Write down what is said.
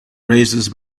razors